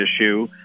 issue